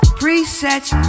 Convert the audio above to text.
presets